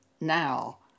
now